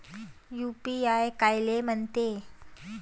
UPI कायले म्हनते?